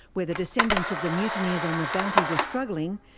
where the descendants of the mutineers on the bounty were struggling,